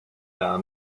d’un